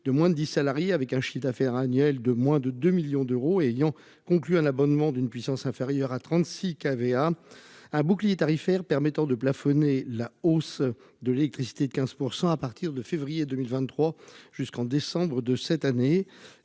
de moins de 10 salariés avec un chiffre d'affaires annuel de moins de 2 millions d'euros et ayant conclu un abonnement d'une puissance inférieure à 36 qui avait. Un bouclier tarifaire permettant de plafonner la hausse de l'électricité de 15% à partir de février 2023 jusqu'en décembre de cette année.